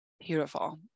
Beautiful